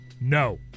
no